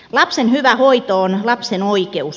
lapsen hyvä hoito on lapsen oikeus